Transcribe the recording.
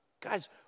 guys